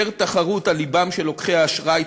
יותר תחרות על לבם של לוקחי האשראי,